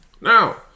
Now